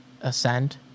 Ascend